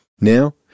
Now